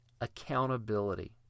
accountability